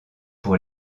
pour